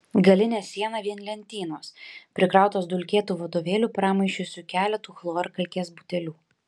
galinė siena vien lentynos prikrautos dulkėtų vadovėlių pramaišiui su keletu chlorkalkės butelių